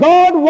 God